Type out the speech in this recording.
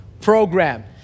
program